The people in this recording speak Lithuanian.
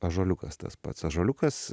ąžuoliukas tas pats ąžuoliukas